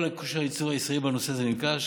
כל כושר ייצור ישראל בנושא הזה נרכש.